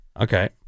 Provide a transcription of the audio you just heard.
Okay